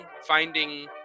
finding